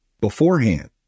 beforehand